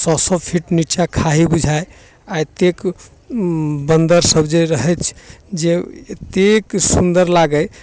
सए सए फीट नीचाँ खाइ बुझाइ आ एतेक बन्दर सभ जे रहैत छै जे एतेक सुन्दर लागै